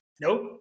nope